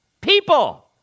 people